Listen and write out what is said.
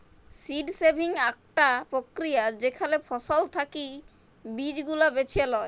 seed saving আকটা প্রক্রিয়া যেখালে ফসল থাকি বীজ গুলা বেছে লেয়